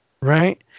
right